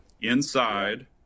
inside